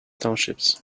townships